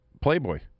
Playboy